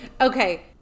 Okay